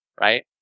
right